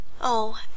Oh